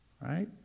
right